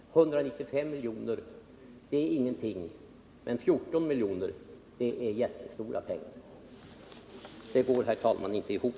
195 milj.kr. är tydligen ingenting i ett visst sammanhang, medan 14 milj.kr. är ett jättestort belopp i ett annat sammanhang. Det går, herr talman, inte ihop.